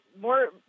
more